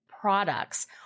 products